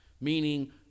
meaning